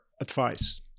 advice